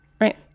Right